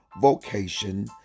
vocation